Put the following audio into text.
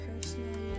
personally